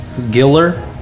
Giller